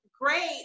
great